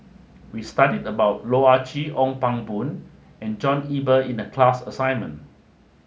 we studied about Loh Ah Chee Ong Pang Boon and John Eber in the class assignment